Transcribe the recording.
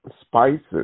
spices